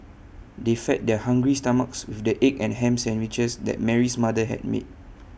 they fed their hungry stomachs with the egg and Ham Sandwiches that Mary's mother had made